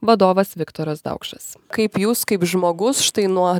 vadovas viktoras daukšas kaip jūs kaip žmogus štai nuo